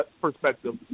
perspective